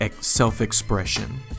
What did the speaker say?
self-expression